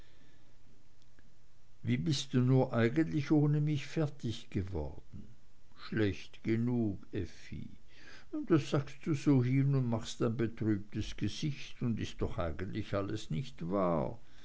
wie bist du nur eigentlich ohne mich fertig geworden schlecht genug effi das sagst du so hin und machst ein betrübtes gesicht und ist doch eigentlich alles nicht wahr